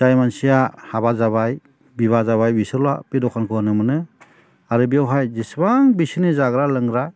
जाय मानसिया हाबा जाबाय बिबाह जाबाय बिसोरल' बे दखानखौ होनो मोनो आरो बेयावहाय जेसेबां बिसोरनि जाग्रा लोंग्रा